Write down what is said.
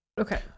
Okay